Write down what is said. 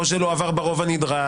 או שהוא לא עבר ברוב הנדרש,